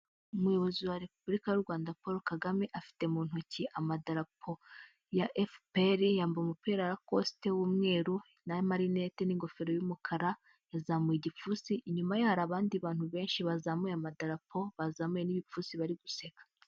Umuyobozi wa Repubulika y'u Rwanda Paul Kagame, afite mu ntoki amadarapo ya FPR, yambaye umupira wa rakosite w'umweru n'amarinete n'ingofero y'umukara yazamuye igipfunsi, inyuma hari abandi bantu benshi bazamuye amadarapo bazamuye n'ibipfunsi bari guseka.